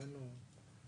הקראה של מה?